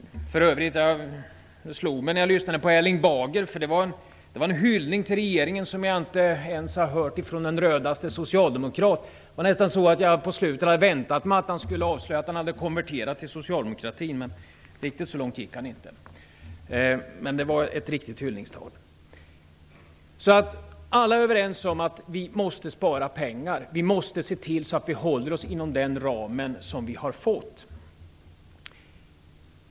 Det slog mig för övrigt när jag lyssnade på Erling Bager att denne stod för en hyllning till regeringen som jag inte har hört ens från den rödaste socialdemokrat. Det var nästan så att jag väntade mig att han på slutet skulle avslöja att han hade konverterat till socialdemokratin, men fullt så långt gick han inte. Det var ändå ett riktigt hyllningstal. Alla är överens om att vi måste spara, att vi måste se till att hålla oss inom den ram som vi har fått.